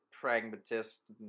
pragmatist